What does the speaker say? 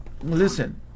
listen